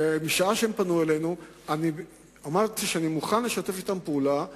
ברגע שהם פנו אלינו אמרתי שאני מוכן לשתף פעולה אתם,